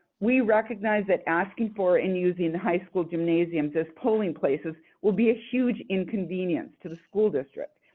we recognize that asking for and using high school gymnasiums as polling places will be a huge inconvenience to the school district,